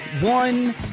one